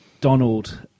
Donald